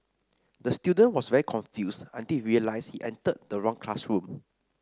the student was very confused until he realised he entered the wrong classroom